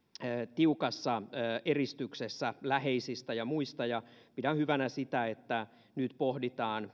tiukassa eristyksessä läheisistä ja muista pidän hyvänä että nyt pohditaan